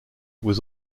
was